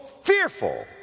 fearful